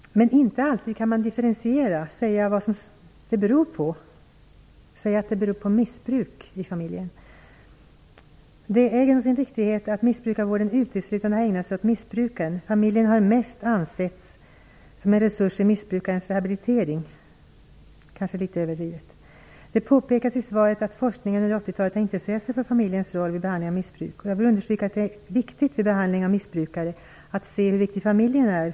Men man kan inte alltid differentiera problemen och säga om barnets beteende beror på missbruk i familjen. Det äger nog sin riktighet att missbrukarvården uteslutande har ägnat sig åt missbrukaren. Familjen har - kanske litet överdrivet sagt - mest ansetts som en resurs i missbrukarens rehabilitering. Det påpekas i svaret att forskningen under 1980 talet har intresserat sig för familjens roll vid behandling av missbruk. Jag vill understryka att för att nå ett bra resultat vid behandlingen av missbrukare är det viktigt att se hur viktig familjen är.